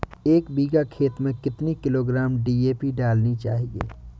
एक बीघा खेत में कितनी किलोग्राम डी.ए.पी डालनी चाहिए?